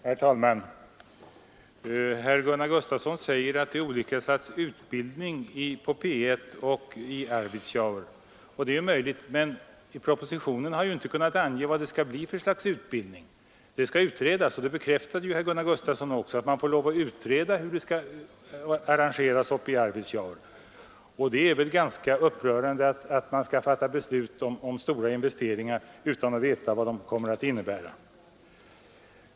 Herr talman! Herr Gustafsson i Uddevalla säger att olika slags utbildning bedrivs vid P1 och i Arvidsjaur. Det är möjligt. Men propositionen har inte kunnat ange vilken utbildning som bör ordnas. Det skall utredas. Herr Gustafsson bekräftade också att man måste utreda hur det skall arrangeras i Arvidsjaur. Det är upprörande, tycker jag, att fatta beslut om stora investeringar utan att veta vad de kommer att innebära.